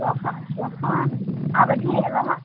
श्वः श्वः अवधिः एव